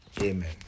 Amen